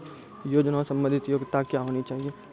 योजना संबंधित योग्यता क्या होनी चाहिए?